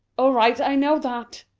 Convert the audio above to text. all right, i know that,